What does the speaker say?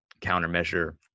countermeasure